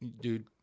dude